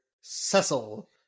Cecil